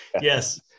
Yes